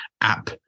app